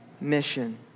mission